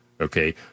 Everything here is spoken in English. Okay